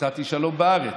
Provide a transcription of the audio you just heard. נתתי שלום בארץ".